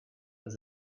was